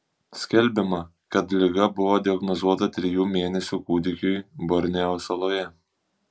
skelbiama kad liga buvo diagnozuota trijų mėnesių kūdikiui borneo saloje